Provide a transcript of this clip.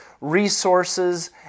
resources